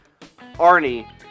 Arnie